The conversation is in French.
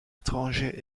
étranger